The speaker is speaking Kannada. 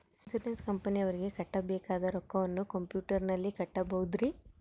ಇನ್ಸೂರೆನ್ಸ್ ಕಂಪನಿಯವರಿಗೆ ಕಟ್ಟಬೇಕಾದ ರೊಕ್ಕವನ್ನು ಕಂಪ್ಯೂಟರನಲ್ಲಿ ಕಟ್ಟಬಹುದ್ರಿ?